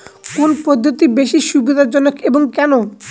কোন পদ্ধতি বেশি সুবিধাজনক এবং কেন?